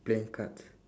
playing cards